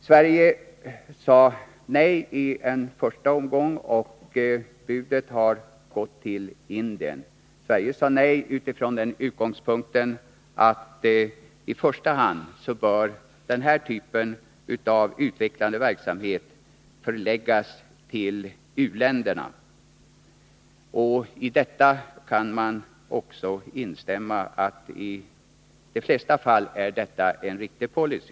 Sverige sade nej i en första omgång, och budet har gått till Indien. Sverige sade nej utifrån den utgångspunkten att i första hand bör denna typ av utvecklande verksamhet förläggas till u-länderna. Man kan instämma i att i de flesta fall är detta en riktig policy.